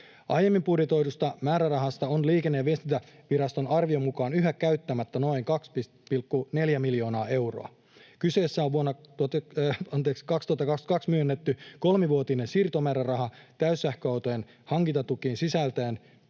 Aiemmin budjetoidusta määrärahasta on Liikenne- ja viestintäviraston arvion mukaan yhä käyttämättä noin 2,4 miljoonaa euroa. Kyseessä on vuonna 2022 myönnetty kolmivuotinen siirtomääräraha täyssähköautojen hankintatukiin sisältäen